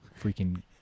freaking